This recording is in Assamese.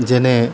যেনে